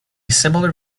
similar